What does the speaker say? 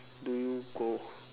do you go